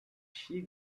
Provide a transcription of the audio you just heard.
she